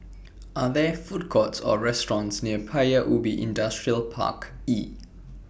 Are There Food Courts Or restaurants near Paya Ubi Industrial Park E